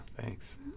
Thanks